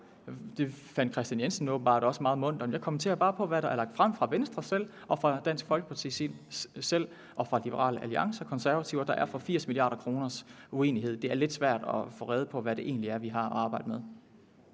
Det fandt hr. Kristian Jensen åbenbart også meget muntert, men jeg kommenterer bare, hvad der er lagt frem af Venstre selv, af Dansk Folkeparti og af Liberal Alliance og De Konservative, og der er for 80 milliarder kroners uenighed. Det er lidt svært at få rede på, hvad det egentlig er, vi har at arbejde med.